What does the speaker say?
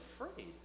afraid